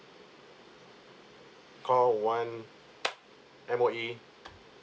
call one M_O_E